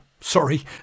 Sorry